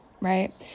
right